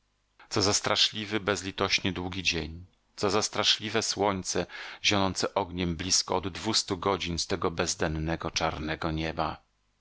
co za straszliwy bezlitośnie długi dzień co za straszliwe słońce zionące ogniem blizko od dwustu godzin z tego bezdennego czarnego nieba